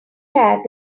tag